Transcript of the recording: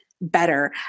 better